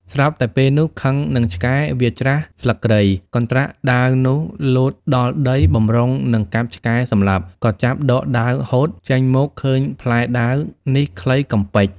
ស្រាប់តែពេលនោះខឹងនឹងឆ្កែវាច្រាសស្លឹកគ្រៃ កន្ដ្រាក់ដាវនោះលោតដល់ដីបំរុងនឹង កាប់ឆ្កែសំលាប់ ក៏ចាប់ដកដាវហូតចេញមកឃើញផ្លែដាវនេះខ្លីកំប៉ិច។